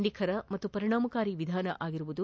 ನಿಖರ ಮತ್ತು ಪರಿಣಾಮಕಾರಿ ವಿಧಾನ ಆಗಿರಲಿದೆ